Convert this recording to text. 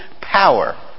power